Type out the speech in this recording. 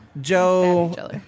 Joe